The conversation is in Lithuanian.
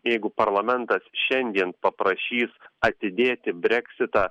jeigu parlamentas šiandien paprašys atidėti breksitą